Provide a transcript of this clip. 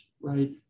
right